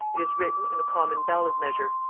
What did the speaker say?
it is written in the common ballad measure,